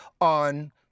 on